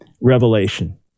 Revelation